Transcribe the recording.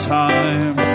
time